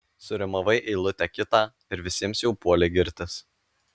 surimavai eilutę kitą ir visiems jau puoli girtis